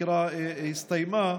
החקירה הסתיימה,